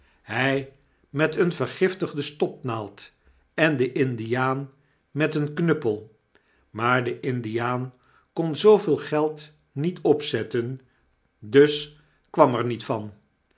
hy met eene vergiftigde stopnaald en de indiaan met een knuppcl maar de indiaan kon zooveel geld niet opzetten dus kwam er niet van